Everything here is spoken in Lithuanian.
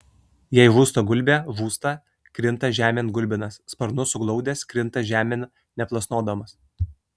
jei žūsta gulbė žūsta krinta žemėn gulbinas sparnus suglaudęs krinta žemėn neplasnodamas